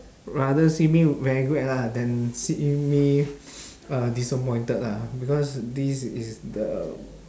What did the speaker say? rather see me very glad lah than see me uh disappointed lah because this is the